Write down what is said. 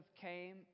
came